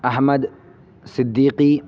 Ahmad Siddiqui